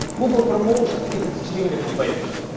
google promotion is extremely competitive,